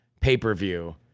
pay-per-view